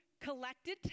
collected